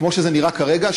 כמו שזה נראה כרגע,